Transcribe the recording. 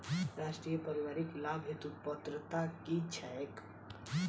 राष्ट्रीय परिवारिक लाभ हेतु पात्रता की छैक